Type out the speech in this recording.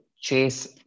chase